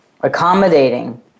accommodating